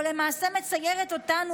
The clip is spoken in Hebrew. או למעשה מציירת אותנו,